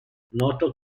noto